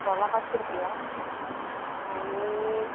सोलां पांचशी रुपया आनी